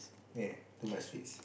ya too much sweets